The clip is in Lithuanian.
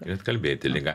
ir atkalbėti ligą